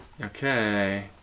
Okay